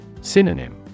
Synonym